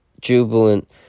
jubilant